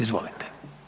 Izvolite.